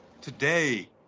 Today